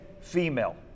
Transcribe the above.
female